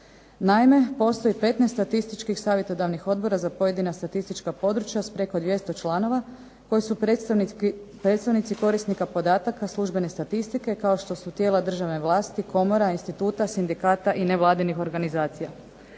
Naime postoji 15 statističkih savjetodavnih odbora za pojedina statistička područja s preko 200 članova, koji su predstavnici korisnika podataka službene statistike, kao što su tijela državne vlasti, komora, instituta, sindikata i nevladinih organizacija.